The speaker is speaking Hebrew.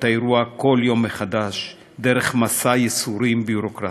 האירוע בכל יום מחדש דרך מסע ייסורים ביורוקרטי.